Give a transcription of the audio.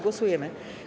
Głosujemy.